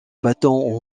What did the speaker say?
battant